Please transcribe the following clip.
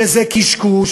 שזה קשקוש,